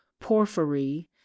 porphyry